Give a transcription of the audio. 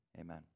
amen